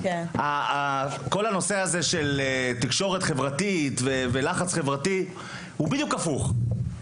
כל הנושא הזה של תקשורת חברתית ולחץ חברתי הוא בדיוק הפוך,